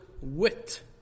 wit